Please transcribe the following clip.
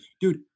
dude